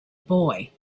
boy